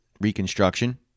Reconstruction